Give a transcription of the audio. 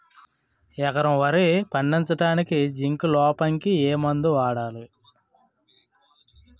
ఎకరం వరి పండించటానికి జింక్ లోపంకి ఏ మందు వాడాలి?